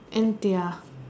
and their